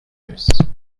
nurse